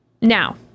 now